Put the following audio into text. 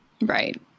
Right